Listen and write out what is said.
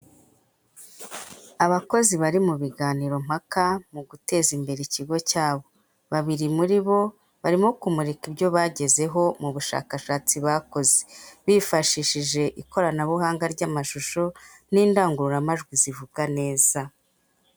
Abakozi bari mu biganiro mpaka mu guteza imbere ikigo cyabo, babiri muri bo, barimo kumurika ibyo bagezeho mu bushakashatsi bakoze, bifashishije ikoranabuhanga ry'amashusho, n'indangururamajwi zivuga neza.